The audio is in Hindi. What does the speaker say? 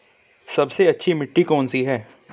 सबसे अच्छी मिट्टी कौन सी है?